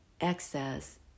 excess